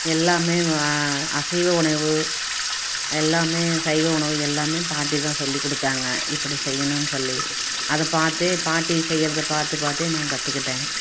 எல்லாமே அசைவ உணவு எல்லாமே சைவ உணவு எல்லாமே பாட்டிதான் சொல்லி கொடுத்தாங்க இப்படி செய்யணுனு சொல்லி அதை பார்த்தே பாட்டி செய்யுறதை பார்த்து பார்த்தே நான் கற்றுக்கிட்டேன்